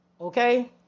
Okay